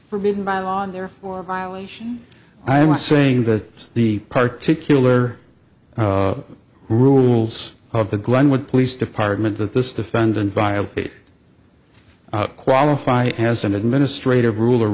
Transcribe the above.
forbidden by law and therefore violation i was saying that the particularly rules of the glenwood police department that this defendant viol qualify as an administrative rule